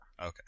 Okay